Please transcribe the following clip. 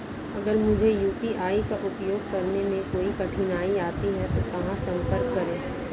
अगर मुझे यू.पी.आई का उपयोग करने में कोई कठिनाई आती है तो कहां संपर्क करें?